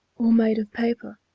or made of paper.